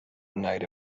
night